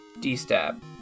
D-stab